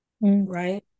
right